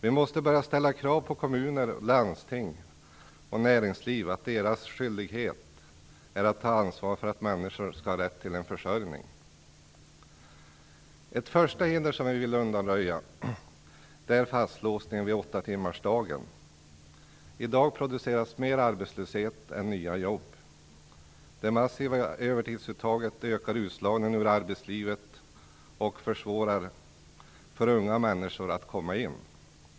Vi måste börja ställa krav på kommuner, landsting och näringsliv att deras skyldighet är att ta ansvar för att människor skall ha rätt till en försörjning. Ett första hinder som vi vill undanröja är fastlåsningen vid åttatimmarsdagen. I dag produceras mer arbetslöshet än nya jobb. Det massiva övertidsuttaget ökar utslagningen ur arbetslivet och försvårar för unga människor att komma in.